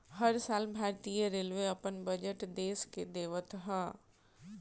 हर साल भारतीय रेलवे अपन बजट देस के देवत हअ